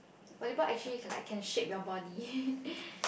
volleyball actually can like actually shape your body